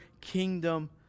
kingdom